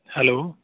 hello